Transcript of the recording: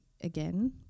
again